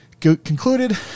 concluded